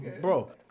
Bro